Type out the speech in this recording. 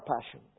passion